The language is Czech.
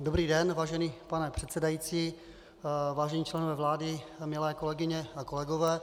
Dobrý den, vážený pane předsedající, vážení členové vlády, milé kolegyně a kolegové.